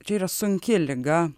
čia yra sunki liga